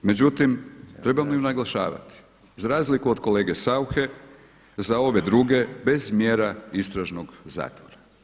Međutim, trebam li naglašavati, za razliku od kolege Sauche za ove druge bez mjera istražnog zatvora.